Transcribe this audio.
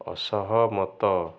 ଅସହମତ